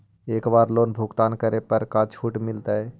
एक बार लोन भुगतान करे पर का छुट मिल तइ?